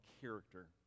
character